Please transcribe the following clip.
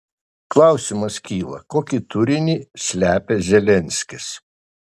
klausimas kyla kokį turinį slepia zelenskis